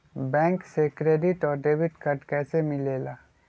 Bank से credit और debit card कैसी मिलेला?